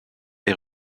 est